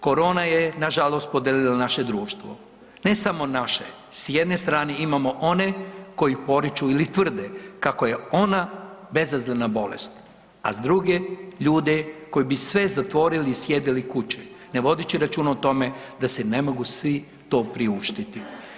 Korona je nažalost podijelila naše društvo, ne samo naše, s jedne strane imamo one koji poriču ili tvrde kako je ona bezazlena bolest, a s druge ljude koje bi sve zatvorili i sjedili kući ne vodeći računa o tome da si ne mogu svi to priuštiti.